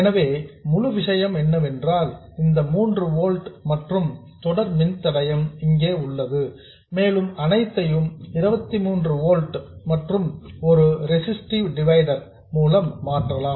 எனவே முழு விஷயம் என்னவென்றால் இந்த மூன்று ஓல்ட்ஸ் மற்றும் தொடர் மின்தடையம் இங்கே உள்ளது மேலும் அனைத்தையும் 23 ஓல்ட்ஸ் மற்றும் ஒரு ரெசிஸ்டிவ் டிவைடர் மூலம் மாற்றலாம்